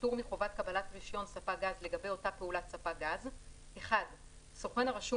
פטור מחובת קבלת רישיון ספק גז לגבי אותה פעולת ספק גז: סוכן הרשום